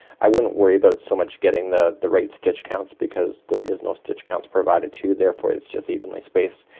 i wouldn't worry about so much getting the the right stitch counts because there is no stitch counts provided to you therefore it's just evenly spaced.